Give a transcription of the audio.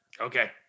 Okay